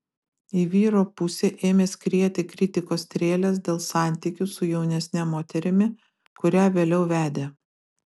į vyro pusę ėmė skrieti kritikos strėlės dėl santykių su jaunesne moterimi kurią vėliau vedė